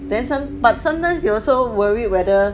then some but sometimes you also worry whether